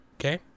Okay